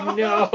no